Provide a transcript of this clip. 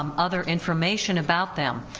um other information about them.